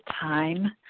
time